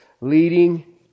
leading